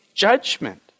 judgment